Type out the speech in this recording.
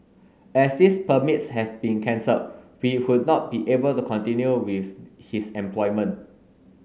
as these permits have been cancelled we would not be able to continue with his employment